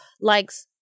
likes